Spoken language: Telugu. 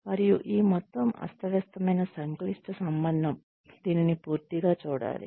మరియు ఈ మొత్తం అస్తవ్యస్తమైన సంక్లిష్ట సంబంధం దీనిని పూర్తిగా చూడాలి